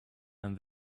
and